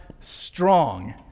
strong